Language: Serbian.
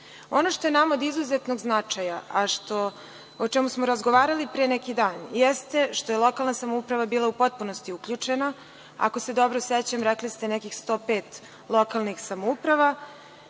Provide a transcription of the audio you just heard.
što je nama od izuzetnog značaja, a o čemu smo razgovarali pre neki dan, jeste što je lokalna samouprava bila u potpunosti uključena. Ako se dobro sećam rekli ste nekih 105 lokalnih samouprava.